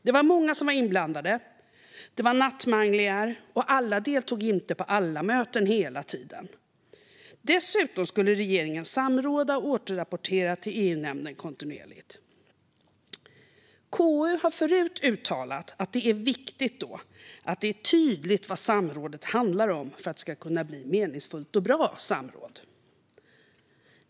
Det var många inblandade, det var nattmanglingar och alla deltog inte på alla möten hela tiden. Dessutom skulle regeringen kontinuerligt samråda med och återrapportera till EU-nämnden. KU har förut uttalat att det är viktigt att det är tydligt vad ett samråd handlar om för att det ska bli meningsfullt och bra.